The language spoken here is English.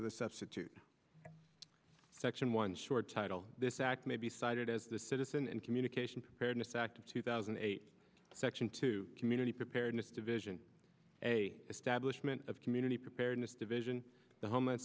of the substitute section one short title this act may be cited as the citizen in communication fairness act of two thousand and eight section two community preparedness division a establishment of community preparedness division the homeland